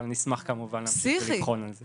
אבל נשמח כמובן לבחון את זה.